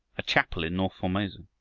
a chapel in north formosa!